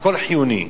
הכול חיוני.